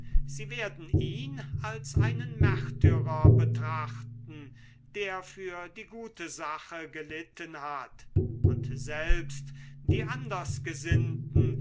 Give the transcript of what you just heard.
sie werden ihn als einen märtyrer betrachten der für die gute sache gelitten hat und selbst die anders gesinnten